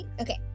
Okay